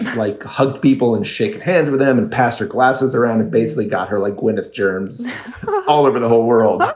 like hugged people and shake hands with them and pastor glasses around and basically got her like gwyneth germs all over the whole world.